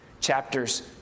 chapters